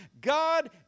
God